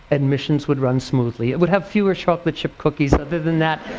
admissions would run smoothly. it would have fewer chocolate yeah cookies. other than that,